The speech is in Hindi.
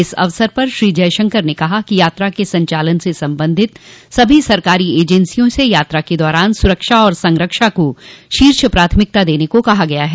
इस अवसर पर श्री जयशंकर ने कहा कि यात्रा के संचालन से संबंधित सभी सरकारी एजेंसियों से यात्रा के दौरान सुरक्षा और संरक्षा को शीर्ष प्राथमिकता देने को कहा गया है